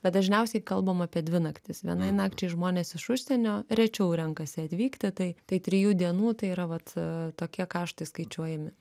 bet dažniausiai kalbam apie dvi naktis vienai nakčiai žmonės iš užsienio rečiau renkasi atvykti tai tai trijų dienų tai yra vat tokie kaštai skaičiuojami